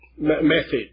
method